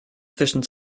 zwischen